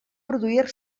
produir